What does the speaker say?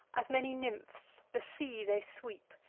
as many nymphs, the sea they sweep,